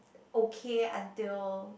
okay until